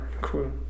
cool